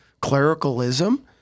clericalism